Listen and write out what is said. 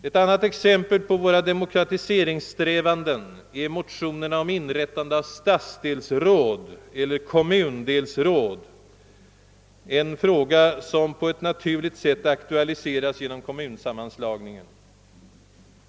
Ett annat exempel på våra demokratiseringssträvanden är motionerna om inrättande av stadsdelsråd eller kommundelsråd, en fråga som på ett naturligt sätt aktualiserats genom kommunsammanslagningarna.